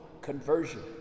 conversion